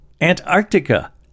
Antarctica